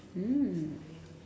mm